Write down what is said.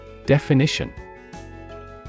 Definition